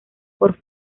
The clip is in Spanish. por